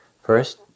First